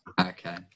Okay